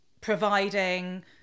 providing